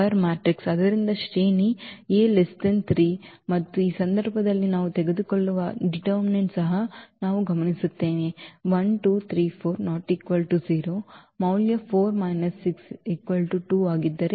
ಆದ್ದರಿಂದ ಶ್ರೇಣಿ 3 ಮತ್ತು ಈ ಸಂದರ್ಭದಲ್ಲಿ ನಾವು ತೆಗೆದುಕೊಳ್ಳುವ ಈ ನಿರ್ಣಾಯಕವನ್ನು ಸಹ ನಾವು ಗಮನಿಸುತ್ತೇವೆ ≠ 0 ಮೌಲ್ಯ 4 6 2 ಆಗಿದ್ದರೆ